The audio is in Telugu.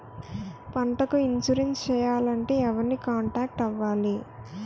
పంటకు ఇన్సురెన్స్ చేయాలంటే ఎవరిని కాంటాక్ట్ అవ్వాలి?